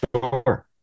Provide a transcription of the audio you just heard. Sure